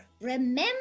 remember